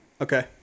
Okay